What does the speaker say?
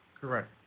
Correct